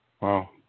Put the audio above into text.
Wow